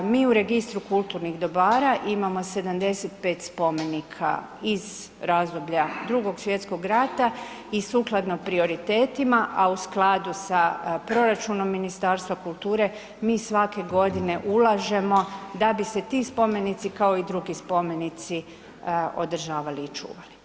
Mi u registru kulturnih dobara imamo 75 spomenika iz razdoblja Drugog svjetskog rata i sukladno prioritetima, a u skladu sa proračunom Ministarstva kulture mi svake godine ulažemo da bi se ti spomenici, kao i drugi spomenici održavali i čuvali.